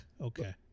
Okay